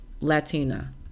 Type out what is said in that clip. Latina